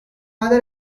father